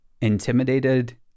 intimidated